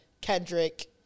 Kendrick